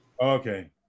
Okay